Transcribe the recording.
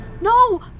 No